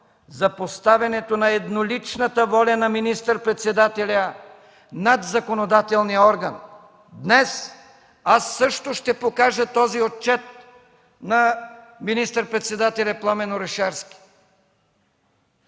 за поставянето на едноличната воля на министър-председателя над законодателния орган. Днес също ще покажа този отчет на министър-председателя Пламен Орешарски.